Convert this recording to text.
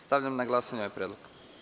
Stavljam na glasanje ovaj predlog.